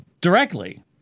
directly